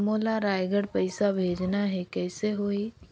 मोला रायगढ़ पइसा भेजना हैं, कइसे होही?